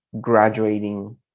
graduating